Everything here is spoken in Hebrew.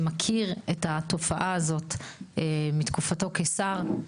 שמכיר את התופעה הזאת מתקופתו כשר.